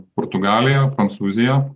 portugalija prancūzija